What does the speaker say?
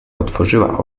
otworzyła